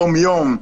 יום יום,